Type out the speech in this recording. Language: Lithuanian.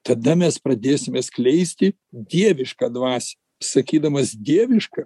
tada mes pradėsime skleisti dievišką dvasią sakydamas dievišką